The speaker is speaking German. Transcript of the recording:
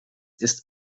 ist